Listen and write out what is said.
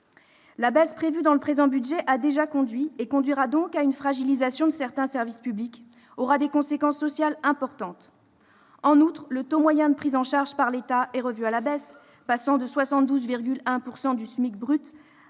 La baisse prévue dans le présent budget a donc déjà conduit et conduira encore à une fragilisation de certains services publics. Elle aura des conséquences sociales importantes. En outre, le taux moyen de prise en charge par l'État étant revu à la baisse, passant de 72,1 % à 50 % du SMIC brut